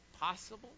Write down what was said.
possible